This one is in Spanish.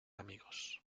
amigos